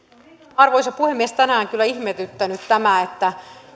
arvoisa puhemies tänään kyllä ihmetyttänyt tämä että